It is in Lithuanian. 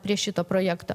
prie šito projekto